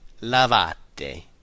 lavate